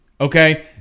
Okay